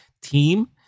team